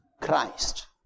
Christ